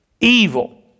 evil